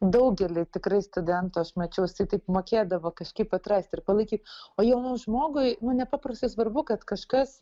daugeliui tikrai studentų aš mačiau jisai taip mokėdavo kažkaip atrast ir palaikyt o jaunam žmogui nu nepaprastai svarbu kad kažkas